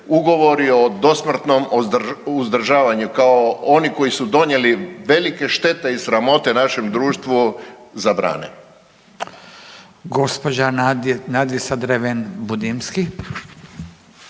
ugovori o dosmrtnom uzdržavanju kao oni koji su donijeli velike štete i sramote našem društvu zabrane. **Radin, Furio